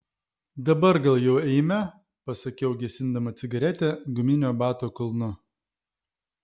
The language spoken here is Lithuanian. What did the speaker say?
dabar gal jau eime pasakiau gesindama cigaretę guminio bato kulnu